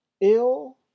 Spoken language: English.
ill